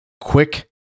quick